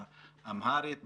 אמהרית,